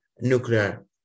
nuclear